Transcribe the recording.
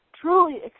truly